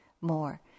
more